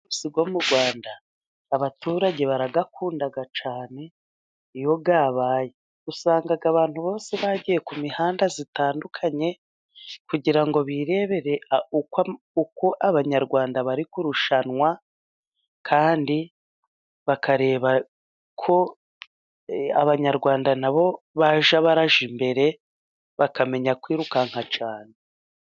Amasiganwa mu Rwanda abaturage barayakunda cyane. Iyo yabaye usanga abantu bose bagiye ku mihanda itandukanye, kugira ngo birebere uko Abanyarwanda bari kurushanwa, kandi bakareba ko Abanyarwanda na bo bajya bajya imbere bakamenya kwirukanka cyane.